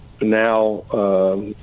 now